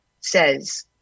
says